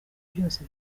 byose